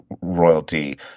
royalty